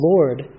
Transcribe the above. Lord